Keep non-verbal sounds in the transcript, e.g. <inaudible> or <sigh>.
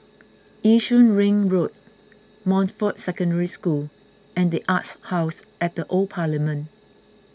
<noise> Yishun Ring Road Montfort Secondary School and the Arts House at the Old Parliament